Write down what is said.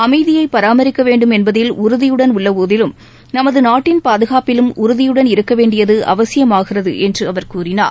அமைதியை பராமரிக்கவேண்டும் என்பதில் உறுதியுடன் உள்ள போதிலும் நமது நாட்டின் பாதுகாப்பிலும் உறுதியுடன் இருக்கவேண்டியது அவசியமாகிறது என்று அவர் கூறினார்